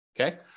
Okay